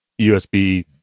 USB